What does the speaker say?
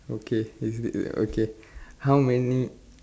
okay okay how many